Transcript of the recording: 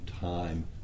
time